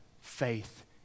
faith